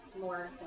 more